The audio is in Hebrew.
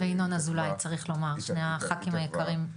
וינון אזולאי צריך לומר מהחכים היקרים.